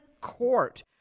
court